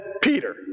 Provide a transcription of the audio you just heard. Peter